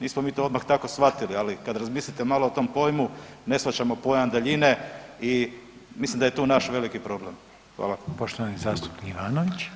Nismo mi to odmah tako shvatili ali kad razmislite malo o tom pojmu ne shvaćamo pojam daljine i mislim da je tu naš veliki problem.